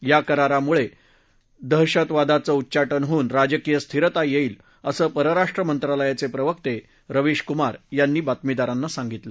या करारामुळे दहशतवादाचं उच्चाटन होऊन राजकीय स्थिरता येईल असं परराष्ट्रमंत्रालयाचे प्रवक्ते रवीश कुमार यांनी बातमीदारांना सांगतलं